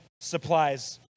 supplies